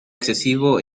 excesivo